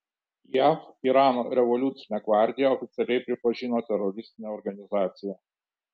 jav irano revoliucinę gvardiją oficialiai pripažino teroristine organizacija